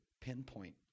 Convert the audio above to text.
pinpoint